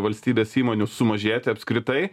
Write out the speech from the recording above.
valstybės įmonių sumažėti apskritai